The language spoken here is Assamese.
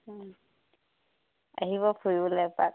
ও আহিব ফুৰিবলৈ এপাক